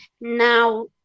now